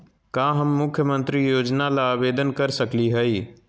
का हम मुख्यमंत्री योजना ला आवेदन कर सकली हई?